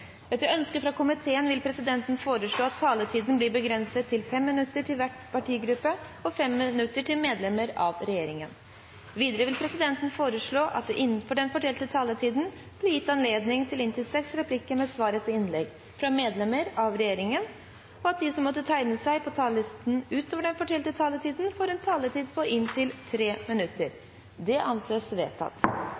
Etter ønske fra transport- og kommunikasjonskomiteen vil presidenten foreslå at taletiden blir begrenset til 5 minutter til hver partigruppe og 5 minutter til medlem av regjeringen. Videre vil presidenten foreslå at det – innenfor den fordelte taletid – blir gitt anledning til inntil fem replikker med svar etter innlegg fra medlemmer av regjeringen, og at de som måtte tegne seg på talerlisten utover den fordelte taletid, får en taletid på inntil 3 minutter. – Det anses vedtatt.